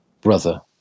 brother